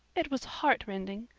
it was heartrending.